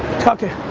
talk to you.